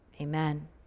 amen